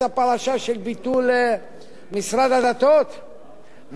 והעברת כל העובדים שלו למשרדים אחרים כדי שיהיו עובדי מדינה,